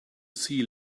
see